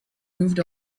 moved